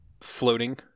floating